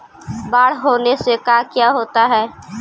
बाढ़ होने से का क्या होता है?